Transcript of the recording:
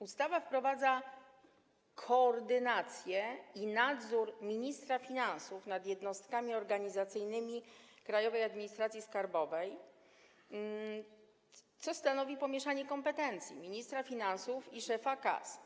Ustawa wprowadza koordynację, nadzór ministra finansów nad jednostkami organizacyjnymi Krajowej Administracji Skarbowej, co stanowi pomieszanie kompetencji ministra finansów i szefa KAS.